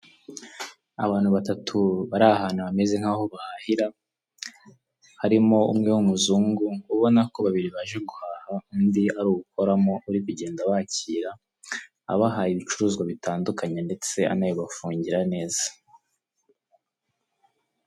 Abantu batatu bari ahantu hameze nk'aho bahahira, harimo umwe w'umuzungu ubona ko babiri baje guhaha, undi ari ukoramo uri kugenda abakira abaha ibicuruzwa bitandukanye ndetse anabibafungira neza.